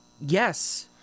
Yes